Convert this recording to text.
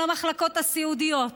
למחלקות הסיעודיות.